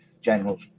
general